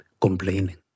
complaining